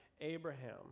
Abraham